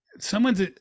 Someone's